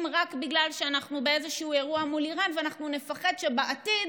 רק בגלל שאנחנו באיזשהו אירוע מול איראן ואנחנו נפחד שבעתיד